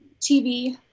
TV